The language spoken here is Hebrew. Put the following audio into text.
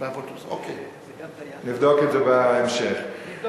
נבדוק את זה בהמשך.